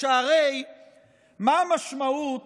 שהרי מה המשמעות